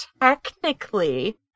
technically